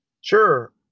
Sure